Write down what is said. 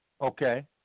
Okay